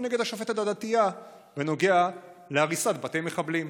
נגד השופטת הדתייה בנוגע להריסת בתי מחבלים,